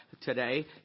today